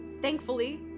thankfully